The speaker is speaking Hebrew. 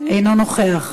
אינו נוכח,